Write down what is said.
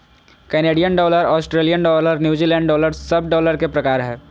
Canadian dollar, Australian dollar, New Zealand dollar सब dollar के प्रकार हय